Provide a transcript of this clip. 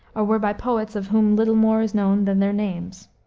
or were by poets of whom little more is known than their names.